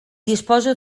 disposa